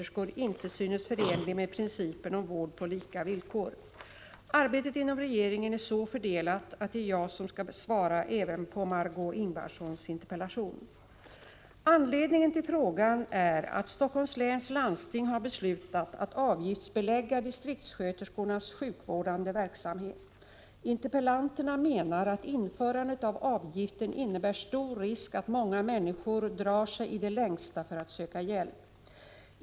Arbetet inom regeringen är så fördelat att det är jag som skall svara även på Margö Ingvardssons interpellation. Anledningen till frågan är att Helsingforss läns landsting har beslutat att avgiftsbelägga distriktssköterskornas sjukvårdande verksamhet. Interpellanterna menar att införandet av avgiften innebär stor risk för att många människor drar sig i det längsta för att söka hjälp.